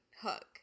hook